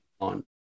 on